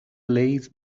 lays